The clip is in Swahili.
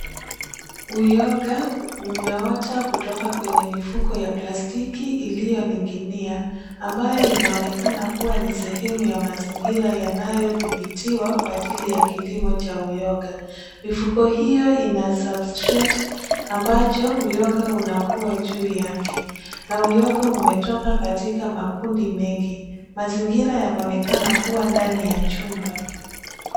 Uyoga umeota kutoka kwenye mifuko ya plastiki iliyoning’inia, ambayo inaonekana kuwa ni sehemu ya mazingira yanayodhibitiwa kwa ajili ya kilimo cha uyoga. Mifuko hiyo ina (cs)substrate(cs) ambacho uyoga unakua juu yake, na uyoga umetoka katika makundi mengi, mazingira yanaonekana kuwa ndani ya chumba.